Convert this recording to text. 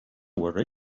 worry